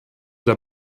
der